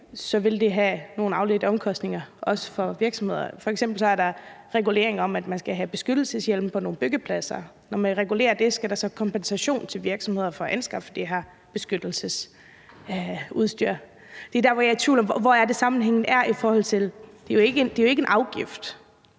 så vil det have nogle afledte omkostninger, også for virksomheder. F.eks. er der regler om, at man skal bruge beskyttelseshjelm på byggepladser. Når man regulerer det, skal der så kompensation til virksomhederne for at anskaffe det her beskyttelsesudstyr? Det er der, hvor jeg er i tvivl om, hvor sammenhængen er, for det er jo ikke en afgift